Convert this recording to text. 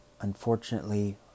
unfortunately